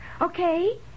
Okay